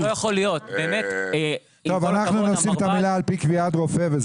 אנחנו כותבים את המשפט "על פי קביעת רופא".